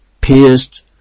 pierced